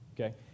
okay